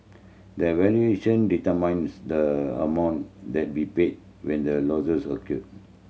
the valuation determines the amount that be paid when the losses occur